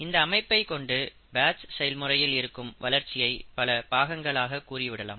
இந்த அமைப்பை கொண்டு பேட்ச் செயல்முறையில் இருக்கும் வளர்ச்சியை பல பாகங்களாக கூறிவிடலாம்